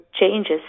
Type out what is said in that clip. changes